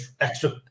extra